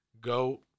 go